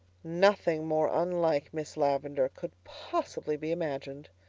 nothing more unlike miss lavendar could possibly be imagined.